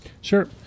Sure